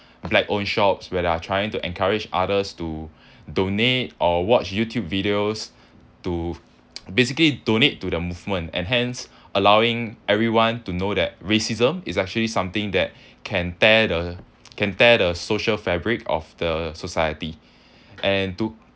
black own shops where they're trying to encourage others to donate or watch youtube videos to basically donate to the movement and hence allowing everyone to know that racism is actually something that can tear the can tear the social fabric of the society and to